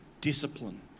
discipline